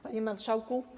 Panie Marszałku!